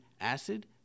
acid